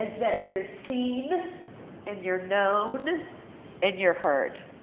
that you're seen and you're known and you're heard